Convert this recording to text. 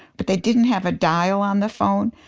but they didn't have a dial on the phone.